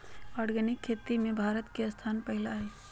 organic खेती में भारत के स्थान पहिला हइ